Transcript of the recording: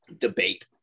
debate